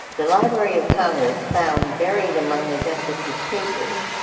the library of congress found buried among the justices' papers,